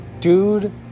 Dude